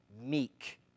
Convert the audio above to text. meek